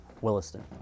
Williston